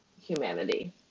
humanity